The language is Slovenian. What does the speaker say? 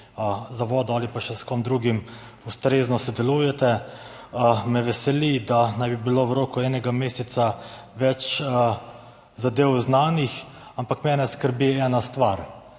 za vodo ali še s kom drugim, ustrezno sodelujete. Veseli me, da naj bi bilo v roku enega meseca več zadev znanih, ampak mene skrbi ena stvar.